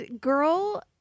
Girl